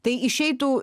tai išeitų